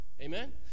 Amen